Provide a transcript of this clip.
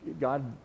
god